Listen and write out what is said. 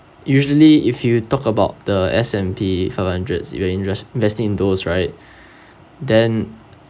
usually if you talk about the S and P five hundreds you are inv~ invest in those right then